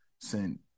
sent